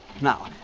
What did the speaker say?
Now